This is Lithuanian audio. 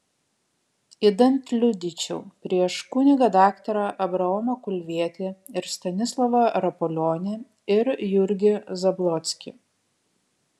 idant liudyčiau prieš kunigą daktarą abraomą kulvietį ir stanislovą rapolionį ir jurgį zablockį